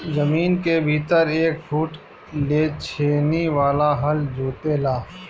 जमीन के भीतर एक फुट ले छेनी वाला हल जोते ला